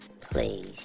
Please